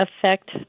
affect